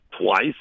twice